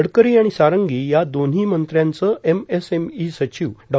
गडकरी आणि सारंगी या दोन्ही मंत्र्यांचं एमएसएमई सचिव डॉ